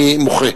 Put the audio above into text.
אני מוחה.